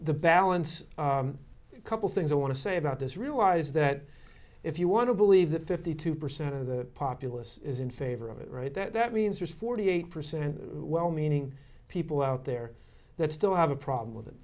the balance a couple things i want to say about this realize that if you want to believe that fifty two percent of the populace is in favor of it right that means there's forty eight percent well meaning people out there that still have a problem with it